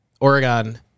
Oregon